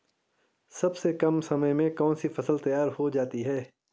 सबसे कम समय में कौन सी फसल तैयार हो जाती है?